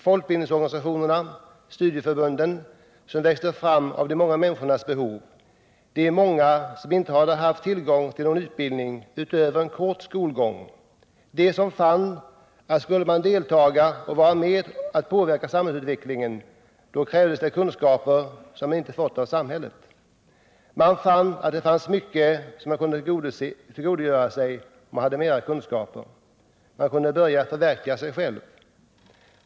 Folkbildningsorganisationerna, studieförbunden, växte fram av de många människornas behov — de många som inte hade haft tillgång till någon utbildning, utöver en kort skolgång, de som fann att skulle man deltaga och vara med om att påverka samhällsutvecklingen, krävdes det kunskaper som man inte fått av samhället. Man fann även att det fanns mycket som man kunde tillgodogöra sig om man hade mera kunskaper. Man kunde börja förverkliga sig själv.